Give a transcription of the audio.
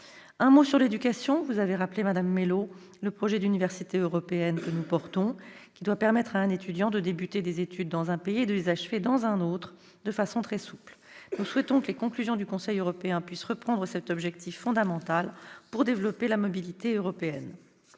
un mot de l'éducation. Madame Mélot, vous avez rappelé le projet d'universités européennes, que nous défendons. Ce projet doit permettre à un étudiant de commencer des études dans un pays et de les achever dans un autre de façon très souple. Nous souhaitons que les conclusions du Conseil européen puissent reprendre cet objectif fondamental pour développer la mobilité européenne.